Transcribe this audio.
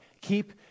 Keep